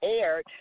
aired